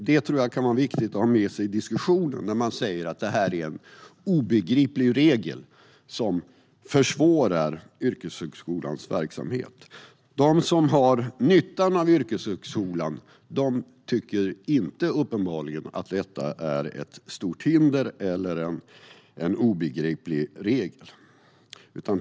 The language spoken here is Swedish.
Det tror jag kan vara viktigt att ha med sig när man säger att det här är en obegriplig regel som försvårar yrkeshögskolans verksamhet. De som har nyttan av yrkeshögskolan tycker uppenbarligen inte att detta är ett stort hinder eller en obegriplig regel.